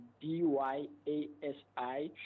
D-Y-A-S-I